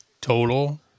total